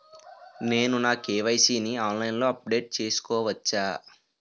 నేను నా కే.వై.సీ ని ఆన్లైన్ లో అప్డేట్ చేసుకోవచ్చా?